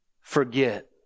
forget